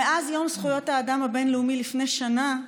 מאז יום זכויות האדם הבין-לאומי לפני שנה,